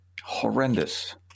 horrendous